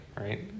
right